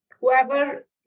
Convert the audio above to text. whoever